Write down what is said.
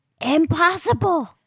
impossible